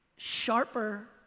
sharper